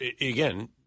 again –